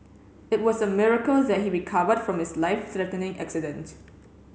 it was a miracle that he recovered from his life threatening accident